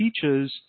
teaches